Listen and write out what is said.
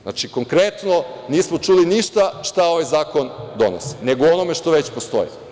Znači, konkretno nismo čuli ništa šta ovaj zakon donosi, nego o onome šta već postoji.